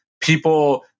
people